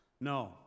No